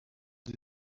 nzu